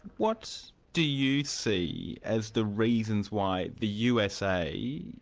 what do you see as the reasons why the usa,